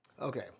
Okay